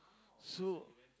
so